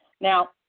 Now